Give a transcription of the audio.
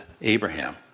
Abraham